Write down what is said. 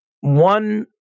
one